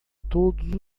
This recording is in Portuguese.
todos